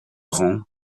rang